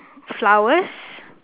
flowers